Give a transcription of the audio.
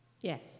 Yes